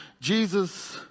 Jesus